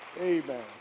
Amen